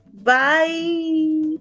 bye